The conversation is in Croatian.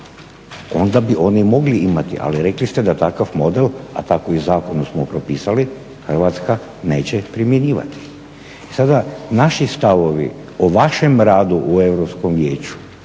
Onda bi oni mogli imati. Ali rekli ste da takav model, a tako i zakonom smo propisali, Hrvatska neće primjenjivati. I sada naši stavovi o vašem radu u Europskom vijeću